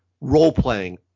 role-playing